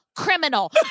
criminal